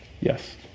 yes